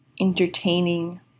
entertaining